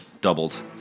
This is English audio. doubled